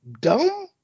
Dumb